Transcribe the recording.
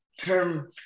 term